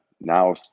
now